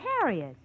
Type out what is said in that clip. harriet